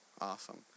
Awesome